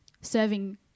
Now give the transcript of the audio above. serving